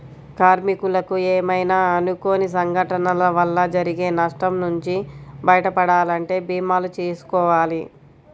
కార్మికులకు ఏమైనా అనుకోని సంఘటనల వల్ల జరిగే నష్టం నుంచి బయటపడాలంటే భీమాలు చేసుకోవాలి